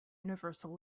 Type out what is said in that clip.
universal